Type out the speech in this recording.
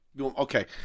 Okay